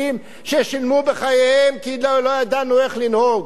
ששילמו בחייהם כי לא ידענו איך לנהוג.